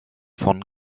von